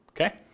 Okay